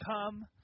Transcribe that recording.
come